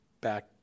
back